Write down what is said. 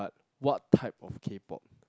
what type of K-pop